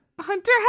Hunter